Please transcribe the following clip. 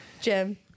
Jim